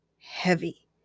heavy